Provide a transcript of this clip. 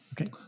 Okay